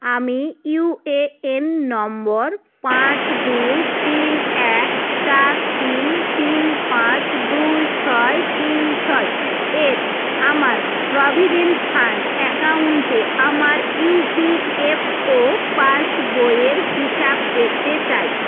আমি ইউএএন নম্বর পাঁচ দুই তিন এক চার তিন তিন পাঁচ দুই ছয় তিন ছয় এর আমার প্রভিডেন্ট ফাণ্ড অ্যাকাউন্টে আমার ইউপিএফও পাসবইয়ের হিসাব দেখতে চাই